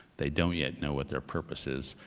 they don't yet know what their purpose is,